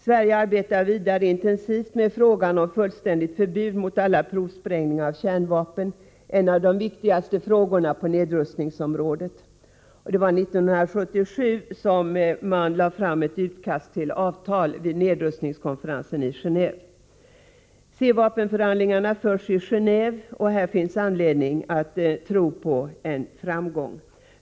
Sverige arbetar vidare intensivt med frågan om fullständigt förbud mot alla provsprängningar av kärnvapen, en av de viktigaste frågorna på nedrustningsområdet. År 1977 lades det första gången fram ett svenskt utkast till avtal vid nedrustningskonferensen i Genéve. C-vapenförhandlingarna förs i Gen&ve och här finns anledning att tro på en framgång.